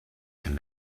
can